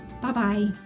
Bye-bye